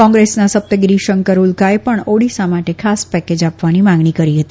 કોંગ્રેસના સપ્તગીરી શંકર ઉલ્કાએ પણ ઓડીસા માટે ખાસ પેકેજ આપવાની માંગણી કરી હતી